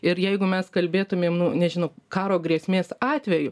ir jeigu mes kalbėtumėm nu nežinau karo grėsmės atveju